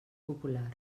popular